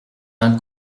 d’un